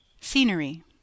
Scenery